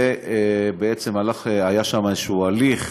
ובעצם היה שם איזה הליך